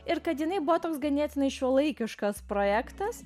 ir kad jinai buvo toks ganėtinai šiuolaikiškas projektas